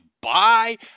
bye